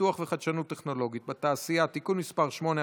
פיתוח וחדשנות טכנולוגית בתעשייה (תיקון מס' 8),